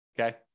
Okay